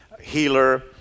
healer